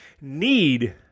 need